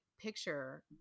picture